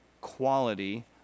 quality